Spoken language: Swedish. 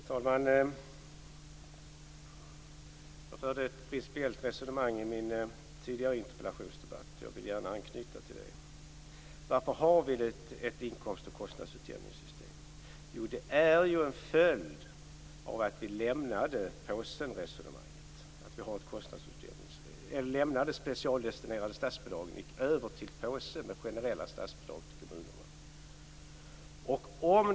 Herr talman! I den tidigare interpellationsdebatten förde jag ett principiellt resonemang som jag gärna vill anknyta till. Varför har vi ett inkomst och kostnadsutjämningssystem? Jo, det är ju en följd av att vi lämnade de specialdestinerade statsbidragen och gick över till påsen med generella statsbidrag till kommunerna.